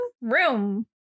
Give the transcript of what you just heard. Room